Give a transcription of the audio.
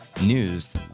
News